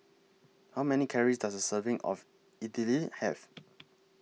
How Many Calories Does A Serving of Idili Have